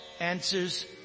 answers